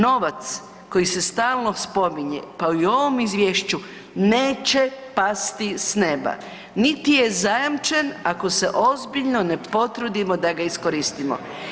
Novac koji se stalno spominje, pa i u ovom izvješću, neće pasti s neba, niti je zajamčen ako se ozbiljno ne potrudimo da ga iskoristimo.